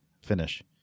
finish